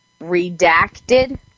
redacted